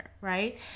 right